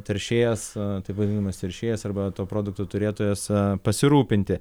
teršėjas taip vadinamas teršėjas arba to produkto turėtojas pasirūpinti